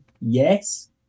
Yes